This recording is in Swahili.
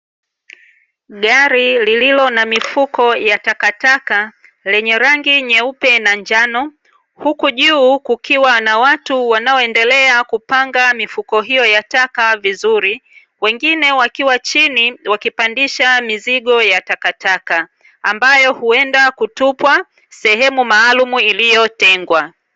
Gari lililo na mifuko ya takataka lenye rangi nyeupe na njano, huku juu kukiwa na watu wanaoendelea kupanga mifuko hiyo ya taka vizuri, wengine wakiwa chini wakipandisha mizigo ya takataka. Ambayo huenda kutupwa sehemu maalumu iliyotengwa.